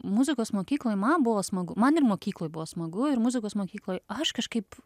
muzikos mokykloj man buvo smagu man ir mokykloj buvo smagu ir muzikos mokykloj aš kažkaip